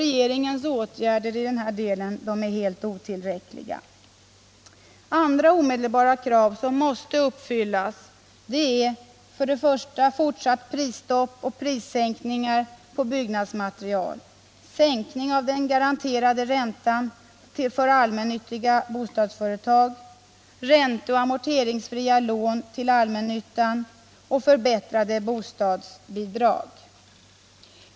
Regeringens åtgärder i denna del är otillräckliga. Andra omedelbara krav som måste uppfyllas är först och främst prisstopp och prissänkningar på byggnadsmaterial, sänkning av den garanterade räntan för allmännyttiga bostadsföretag, ränteoch amorteringsfria lån till allmännyttan och förbättrade bostadsbidrag.